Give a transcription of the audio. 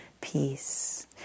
peace